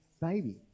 baby